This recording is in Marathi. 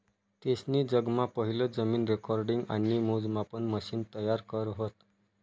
तेसनी जगमा पहिलं जमीन रेकॉर्डिंग आणि मोजमापन मशिन तयार करं व्हतं